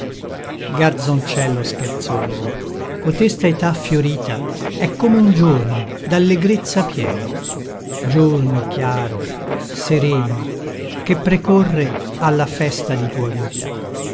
ritorno garzoncello scherzoso cotesta età fiorita è come un giorno d'allegrezza pieno giorno chiaro sereno che precorre alla festa di tua vita